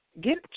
get